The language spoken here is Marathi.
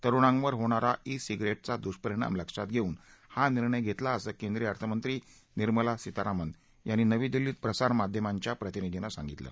तरुणांवर होणारा इ सिगारेटचा द्रष्परिणाम लक्षात घेऊन हा निर्णय घेतला असं केंद्रीय अर्थमंत्री निर्मला सितारामन यांनी नवी दिल्लीत प्रसार माध्यमांच्या प्रतिनिधींना सांगितलं